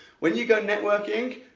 when you go networking,